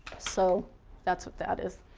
so that's what that is.